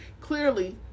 clearly